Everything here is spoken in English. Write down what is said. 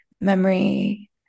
memory